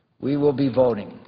we will be voting.